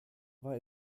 war